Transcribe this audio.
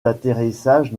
d’atterrissage